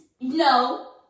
No